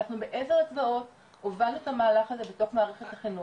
אנחנו בעשר אצבעות הובלנו את המהלך הזה בתוך מערכת החינוך.